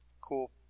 cool